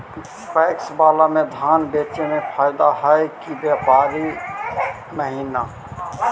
PACS बाला में धान बेचे मे फायदा है कि व्यापारी महिना?